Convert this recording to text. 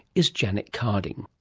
is janet carding.